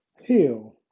heal